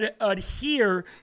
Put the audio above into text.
adhere